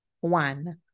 One